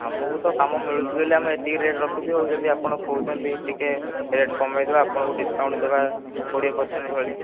ଆମକୁ ତ କାମ ମିଳୁଛି ବୋଲି ଆମେ ଏତିକି ରେଟ ରଖୁଛୁ ଯଦି ଆପଣ କହୁଛନ୍ତି ଟିକେ ରେଟ କମାଇଦବା ଆପଣଙ୍କୁ ଡ଼ିସକାଉଣ୍ଟ ଦେବା କୋଡ଼ିଏ ପରସେନ୍ଟ ଭଳିଆ